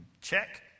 check